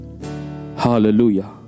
hallelujah